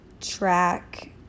track